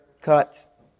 cut